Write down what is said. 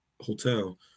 hotel